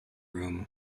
room